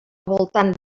voltant